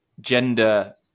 Gender